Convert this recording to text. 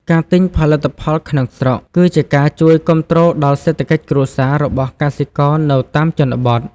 ការទិញផលិតផលក្នុងស្រុកគឺជាការជួយគាំទ្រដល់សេដ្ឋកិច្ចគ្រួសាររបស់កសិករនៅតាមជនបទ។